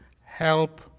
help